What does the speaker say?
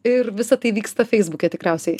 ir visa tai vyksta feisbuke tikriausiai